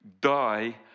die